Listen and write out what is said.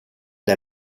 der